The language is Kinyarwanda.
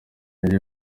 nibyo